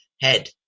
head